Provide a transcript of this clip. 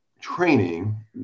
training